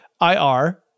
IR